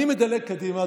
אני מדלג קדימה,